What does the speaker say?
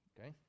okay